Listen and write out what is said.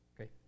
Okay